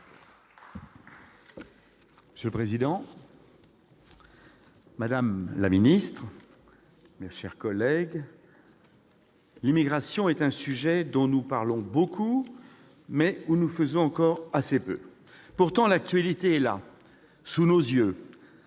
Monsieur le président, madame la ministre, mes chers collègues, l'immigration est un sujet dont nous parlons beaucoup, mais sur lequel nous faisons encore assez peu. Pourtant, l'actualité est là, sous nos yeux